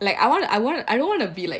like I wanna I wanna I don't wanna be like